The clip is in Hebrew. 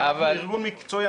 אנחנו ארגון מקצועי,